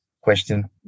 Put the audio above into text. question